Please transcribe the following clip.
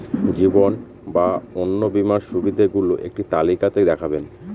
জীবন বা অন্ন বীমার সুবিধে গুলো একটি তালিকা তে দেখাবেন?